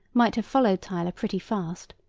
might have followed tyler pretty fast.